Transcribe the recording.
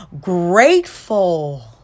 grateful